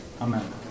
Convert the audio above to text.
Amen